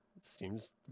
seems